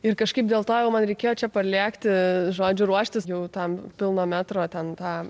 ir kažkaip dėl to man reikėjo čia parlėkti žodžiu ruoštis jau tam pilno metro ten tą